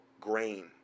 grain